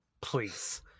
Please